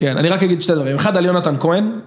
כן, אני רק אגיד שתי דברים. אחד על יונתן כהן.